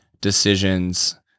decisions